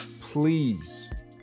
Please